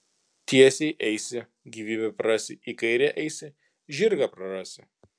tiesiai eisi gyvybę prarasi į kairę eisi žirgą prarasi